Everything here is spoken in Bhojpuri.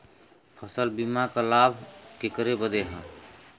फसल बीमा क लाभ केकरे बदे ह?